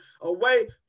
away